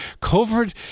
covered